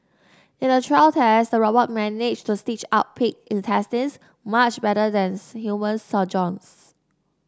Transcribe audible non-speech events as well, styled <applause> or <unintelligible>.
in a trial test the robot managed to stitch up pig intestines much better than <unintelligible> human surgeons